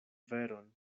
veron